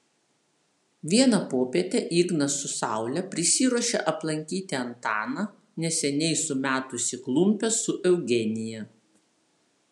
vieną popietę ignas su saule prisiruošė aplankyti antaną neseniai sumetusį klumpes su eugenija